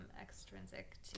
extrinsic